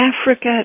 Africa